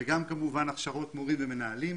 וגם כמובן הכשרות מורים ומנהלים.